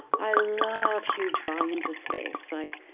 i love huge volumes of space, like,